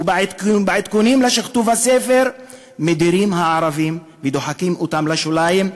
ובעדכונים לשכתוב הספר מדירים את הערבים ודוחקים אותם לשוליים,